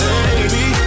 Baby